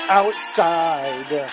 outside